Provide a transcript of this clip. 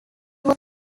was